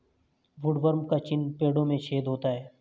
woodworm का चिन्ह पेड़ों में छेद होता है